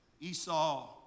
Esau